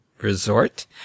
Resort